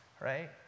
right